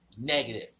negative